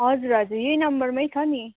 हजुर हजुर यही नम्बरमै छ नि